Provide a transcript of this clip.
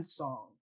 song